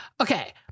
Okay